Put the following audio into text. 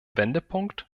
wendepunkt